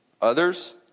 others